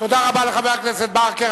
תודה רבה לחבר הכנסת ברכה.